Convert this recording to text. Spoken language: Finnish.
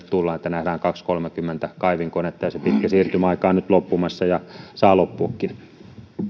tullaan että nähdään kaksikymmentä viiva kolmekymmentä kaivinkonetta ja se pitkä siirtymäaika on nyt loppumassa ja saa loppuakin